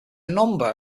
number